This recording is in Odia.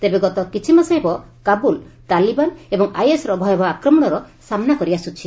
ତେବେ ଗତ କିଛି ମାସ ହେବ କାବୁଲ୍ ତାଲିବାନ୍ ଏବଂ ଆଇଏସ୍ର ଭୟାବହ ଆକ୍ରମଣର ସାମ୍ନା କରିଆସ୍ଟୁଛି